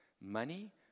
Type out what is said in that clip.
Money